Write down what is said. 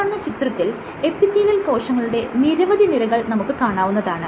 ഈ കാണുന്ന ചിത്രത്തിൽ എപ്പിത്തീലിയൽ കോശങ്ങളുടെ നിരവധി നിരകൾ നമുക്ക് കാണാവുന്നതാണ്